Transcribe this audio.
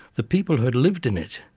the people who had lived in it,